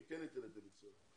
היא כן ניתנת לביצוע.